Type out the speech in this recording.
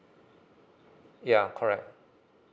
ya correct